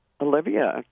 Olivia